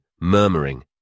murmuring